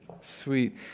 sweet